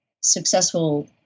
successful